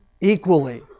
equally